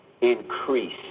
increase